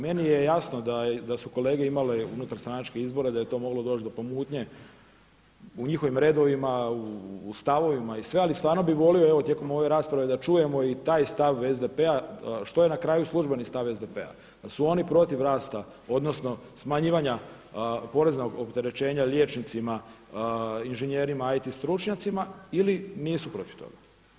Meni je jasno da su kolege imale unutar stranačkih izbora da je to moglo doći do pomutnje u njihovim redovima u stavovima i sve, ali stvarno bi volio tijekom ove rasprave da čujemo i taj stav SDP-a što je na kraju službeni stav SDP-a dal su oni protiv rasta odnosno smanjivanja poreznog opterećenja liječnicima, inženjerima, IT stručnjacima ili nisu protiv toga.